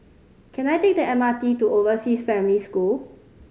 can I take the M R T to Overseas Family School